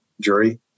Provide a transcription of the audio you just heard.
jury